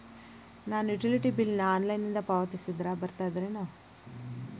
ನಾನು utility bill ನ ಆನ್ಲೈನಿಂದ ಪಾವತಿಸಿದ್ರ ಬರ್ತದೇನು?